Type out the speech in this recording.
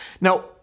Now